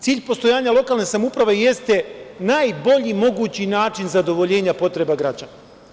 Cilj postojanja lokalne samouprave jeste najbolji mogući način zadovoljenja potreba građana.